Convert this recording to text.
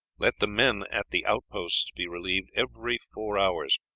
let the men at the outposts be relieved every four hours.